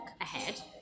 ahead